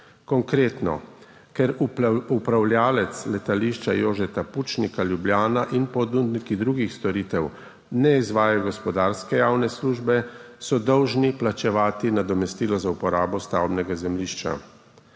Konkretno, ker upravljavec Letališča Jožeta Pučnika Ljubljana in ponudniki drugih storitev ne izvajajo gospodarske javne službe, so dolžni plačevati nadomestilo za uporabo stavbnega zemljišča.